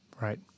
Right